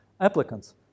applicants